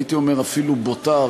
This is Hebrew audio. הייתי אומר אפילו בוטה,